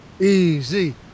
easy